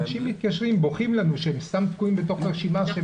אנשים מתקשרים ובוכים לנו שהם סתם תקועים בתוך הרשימה.